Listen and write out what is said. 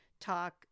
talk